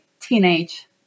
teenage